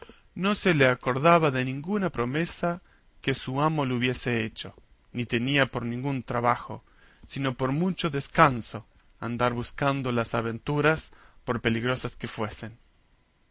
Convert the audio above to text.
no se le acordaba de ninguna promesa que su amo le hubiese hecho ni tenía por ningún trabajo sino por mucho descanso andar buscando las aventuras por peligrosas que fuesen